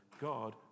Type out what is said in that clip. God